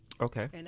Okay